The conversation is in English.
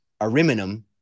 Ariminum